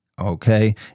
okay